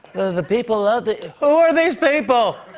the people of the. who are these people!